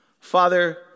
Father